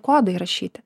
kodai įrašyti